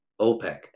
opec